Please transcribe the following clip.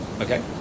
Okay